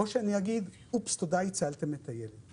או שאני אגיד: אופס, תודה, הצלתם את הילד.